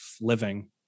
living